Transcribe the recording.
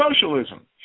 Socialism